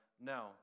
no